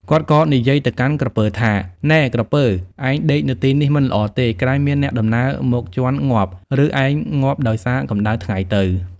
គាត់ក៏និយាយទៅកាន់ក្រពើថា នែក្រពើ! ឯងដេកនៅទីនេះមិនល្អទេ ក្រែងមានអ្នកដំណើរមកជាន់ងាប់ ឬឯងងាប់ដោយសារកម្ដៅថ្ងៃទៅ។